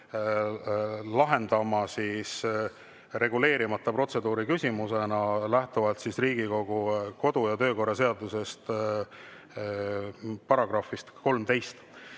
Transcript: lahendama reguleerimata protseduuri küsimusena lähtuvalt Riigikogu kodu‑ ja töökorra seaduse §‑st 13.